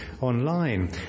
online